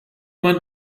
man